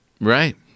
Right